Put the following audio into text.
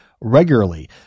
regularly